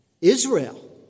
Israel